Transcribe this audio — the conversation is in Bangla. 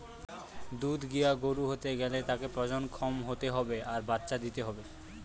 দুধ দিয়া গরু হতে গ্যালে তাকে প্রজনন ক্ষম হতে হবে আর বাচ্চা দিতে হবে